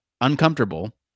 uncomfortable